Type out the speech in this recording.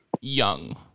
young